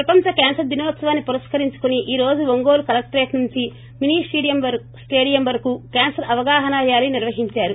ప్రపంచ క్యాన్పర్ దినోత్పవాన్ని పురస్కరించుకుని ఈ రోజు ఒంగోలు కలెక్టరేట్ నుంచి మినీ స్టేడియం వరకు క్యాన్సర్ అవగాహనా ర్యాలీ నిర్వహించారు